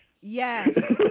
yes